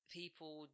people